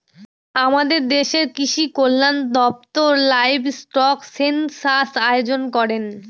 আমাদের দেশের কৃষিকল্যান দপ্তর লাইভস্টক সেনসাস আয়োজন করেন